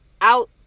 out